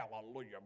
Hallelujah